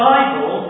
Bible